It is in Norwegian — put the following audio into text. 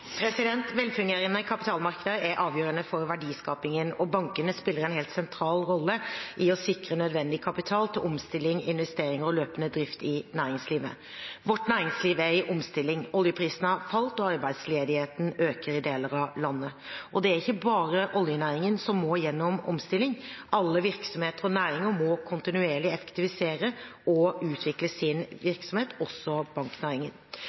avgjørende for verdiskapingen. Bankene spiller en helt sentral rolle i å sikre nødvendig kapital til omstilling, investeringer og løpende drift i næringslivet. Vårt næringsliv er i omstilling. Oljeprisen har falt, og arbeidsledigheten øker i deler av landet. Det er ikke bare oljenæringen som må gjennom omstilling. Alle virksomheter og næringer må kontinuerlig effektivisere og utvikle sin virksomhet, også banknæringen.